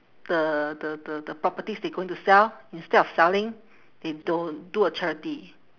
the the the the properties they going to sell instead of selling they don't do a charity